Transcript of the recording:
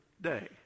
day